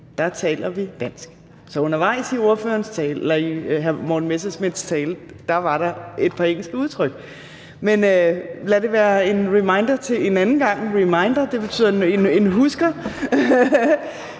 taler vi dansk. Undervejs i hr. Morten Messerschmidts tale var der et par engelske udtryk, men lad det være en reminder til en anden gang. Reminder betyder noget,